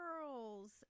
girls